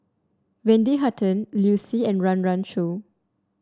Wendy Hutton Liu Si and Run Run Shaw